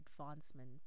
advancement